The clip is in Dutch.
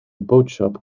boodschap